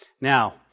Now